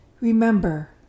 Remember